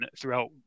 throughout